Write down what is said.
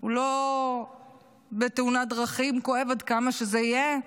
לא בתאונת דרכים, כואב עד כמה שזה יהיה,